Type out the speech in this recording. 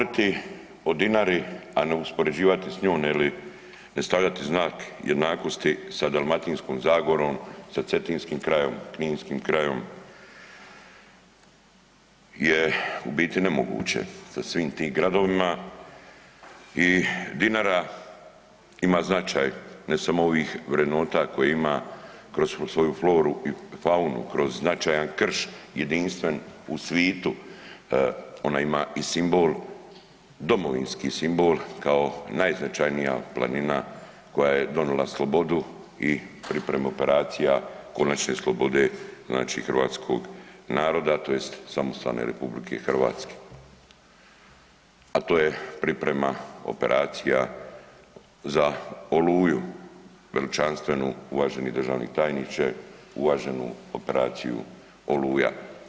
Govoriti o Dinari, a ne uspoređivati s njom ili ne stavljati znak jednakosti sa Dalmatinskom zagorom, sa cetinskim krajom, kninskim krajom je u biti nemoguće sa svim tim gradovima i Dinara ima značaj ne samo ovih vrednota koje ima kroz svoju floru i faunu, kroz značajan krš jedinstven u svitu, ona ima i simbol, domovinski simbol kao najznačajnija planina koja je donila slobodu i pripremu operacija konačne slobode znači hrvatskog naroda tj. samostalne RH, a to je priprema operacija za „Oluju“, veličanstvenu uvaženi državni tajniče uvaženu operaciju „Oluja“